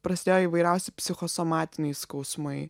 prasidėjo įvairiausi psichosomatiniai skausmai